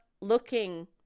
looking